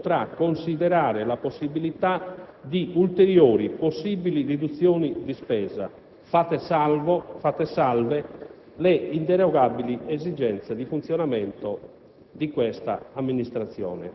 anche nei prossimi anni si potrà considerare la possibilità di ulteriori possibili riduzioni di spesa, fatte salve le inderogabili esigenze di funzionamento